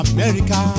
America